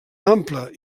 ampla